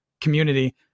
community